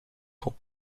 ans